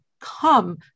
come